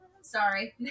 sorry